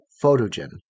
Photogen